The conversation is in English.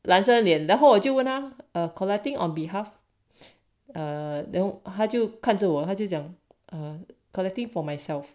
男生的脸然后我就问他 collecting on behalf 他就看着我他就讲 collecting for myself